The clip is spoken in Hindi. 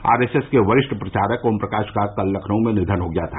आर एस एस के वरिष्ठ प्रचारक ओम प्रकाश का कल लखनऊ में निधन हो गया था